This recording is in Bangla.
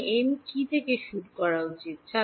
সুতরাং m কি থেকে শুরু করা উচিত